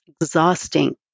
exhausting